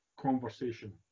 conversation